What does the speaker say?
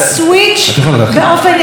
שנייה, תכף אני אסיים.